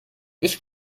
ich